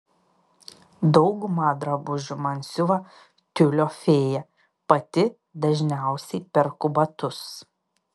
daugumą drabužių man siuva tiulio fėja pati dažniausiai perku batus